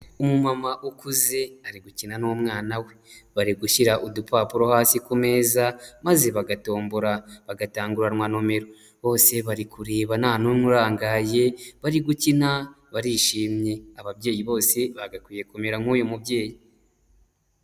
Umumama ukuze ari gukina n'umwana we bari gushyira udupapuro hasi ku meza maze bagatombora bagatanguranwa nomero bose bari kureba nta n'umwe urangaye bari gukina barishimye ababyeyi bose bagakwiye kumera nk'uyu mubyeyi.